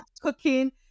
cooking